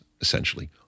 essentially